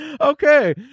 okay